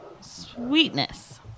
sweetness